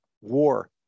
war